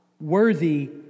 worthy